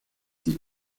die